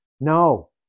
No